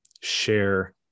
share